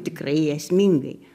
tikrai esmingai